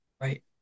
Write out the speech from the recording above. Right